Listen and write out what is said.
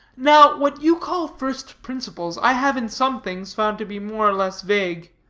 now, what you call first principles, i have, in some things, found to be more or less vague.